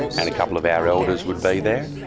and a couple of our elders would be there.